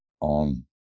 on